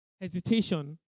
hesitation